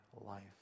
life